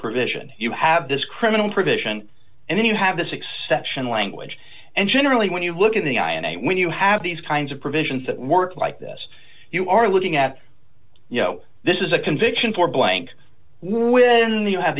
provision you have this criminal provision and then you have this exception language and generally when you look at the eye and when you have these kinds of provisions that work like this you are looking at you know this is a conviction for blank when the you have